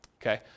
Okay